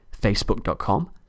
facebook.com